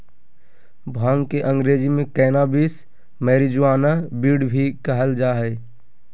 भांग के अंग्रेज़ी में कैनाबीस, मैरिजुआना, वीड भी कहल जा हइ